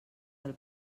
del